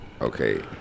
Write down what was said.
okay